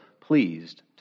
pleased